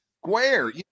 square